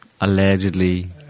Allegedly